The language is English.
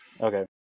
Okay